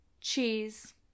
Cheese